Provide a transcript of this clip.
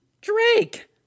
Drake